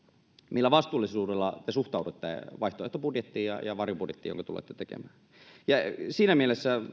millä te suhtaudutte vaihtoehtobudjettiin ja ja varjobudjettiin jonka tulette tekemään ja siinä mielessä